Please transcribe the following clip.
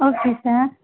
okay sir